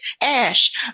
ash